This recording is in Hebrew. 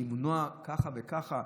למנוע ככה וככה,